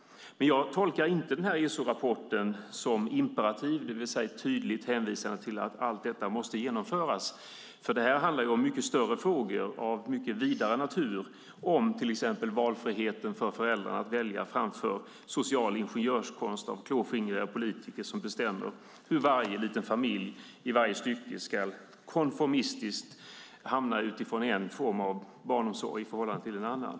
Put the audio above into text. Men jag tolkar inte den här ESO-rapporten som imperativ, det vill säga som tydligt hänvisande till att allt detta måste genomföras. Här handlar det om mycket större frågor, om frågor av en mycket vidare natur. Till exempel gäller det valfriheten för föräldrar - detta framför social ingenjörskonst från klåfingriga politiker som bestämmer hur varje liten familj i varje stycke konformistiskt ska hamna i en form av barnomsorg i förhållande till en annan.